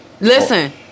Listen